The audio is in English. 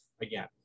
again